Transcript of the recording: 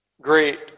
Great